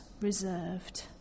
reserved